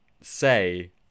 say